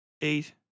eight